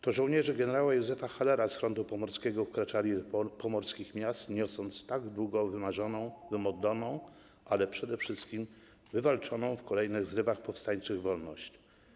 To żołnierze gen. Józefa Hallera z Frontu Pomorskiego wkraczali do pomorskich miast, niosąc wymarzoną, wymodloną, ale przede wszystkim wywalczoną w kolejnych zrywach powstańczych wolność.